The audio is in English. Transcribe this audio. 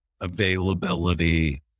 availability